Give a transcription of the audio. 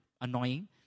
annoying